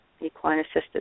equine-assisted